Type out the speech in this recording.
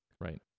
Right